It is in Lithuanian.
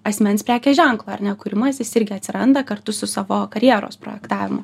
asmens prekės ženklo ar ne kūrimas jis irgi atsiranda kartu su savo karjeros projektavimu